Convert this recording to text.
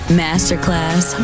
masterclass